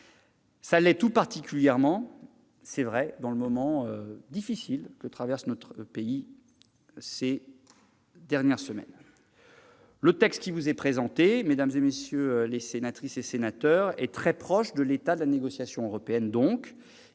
Ça l'est tout particulièrement dans le moment difficile que traverse notre pays depuis plusieurs semaines. Le texte qui vous est présenté, mesdames, messieurs les sénateurs, est très proche de l'état de la négociation européenne.